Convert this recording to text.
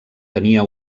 tenia